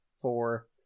four